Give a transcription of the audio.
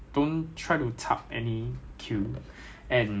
the queue involves a few types of people police